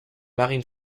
marine